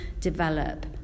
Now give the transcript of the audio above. develop